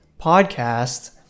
podcast